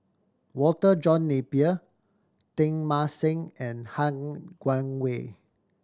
Walter John Napier Teng Mah Seng and Han Guangwei